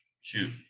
shoot